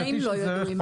התנאים לא ידועים.